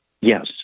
Yes